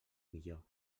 millor